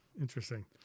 interesting